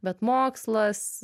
bet mokslas